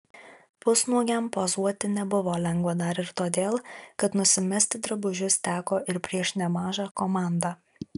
pusnuogiam pozuoti nebuvo lengva dar ir todėl kad nusimesti drabužius teko ir prieš nemažą komandą